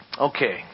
Okay